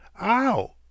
Ow